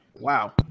Wow